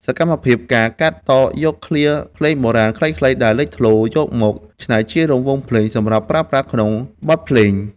សកម្មភាព ការកាត់តយកឃ្លាភ្លេងបុរាណខ្លីៗដែលលេចធ្លោ យកមកច្នៃជារង្វង់សំឡេង សម្រាប់ប្រើប្រាស់ក្នុងបទភ្លេង។